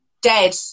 dead